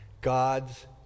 God's